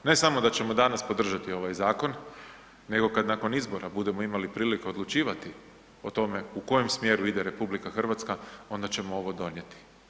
Ne samo da ćemo danas podržati ovaj zakon nego kad nakon izbora budemo imali priliku odlučivati o tome u kojem smjeru ide RH onda ćemo ovo donijeti.